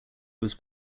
was